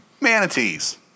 Manatees